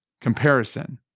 Comparison